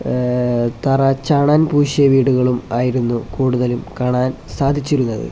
തറ ചാണാൻ പൂശിയ വീടുകളും ആയിരുന്നു കൂടുതലും കാണാൻ സാധിച്ചിരുന്നത്